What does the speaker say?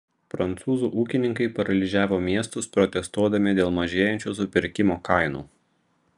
prancūzų ūkininkai paralyžiavo miestus protestuodami dėl mažėjančių supirkimo kainų